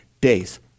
days